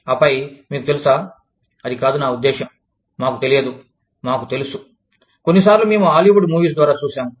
ఆపై మీకు తెలుసా అది కాదు నా ఉద్దేశ్యం మాకు తెలియదు మాకు తెలుసు కొన్నిసార్లు మేము హాలీవుడ్ మూవీస్ ద్వారా చూసాము